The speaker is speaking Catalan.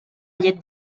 llet